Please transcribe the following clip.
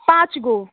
पाँचगो